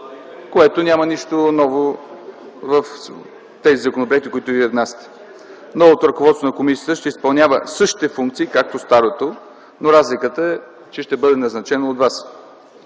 което няма нищо ново относно тези законопроекти, които вие внасяте. Новото ръководство на комисията ще изпълнява същите функции както старото, но разликата е, че ще бъде назначено от вас.